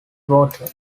water